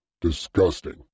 Disgusting